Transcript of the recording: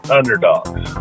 underdogs